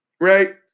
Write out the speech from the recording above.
Right